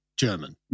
German